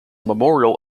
memorial